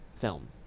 film